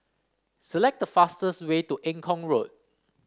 select the fastest way to Eng Kong Road